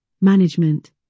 management